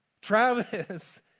Travis